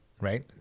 right